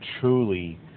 truly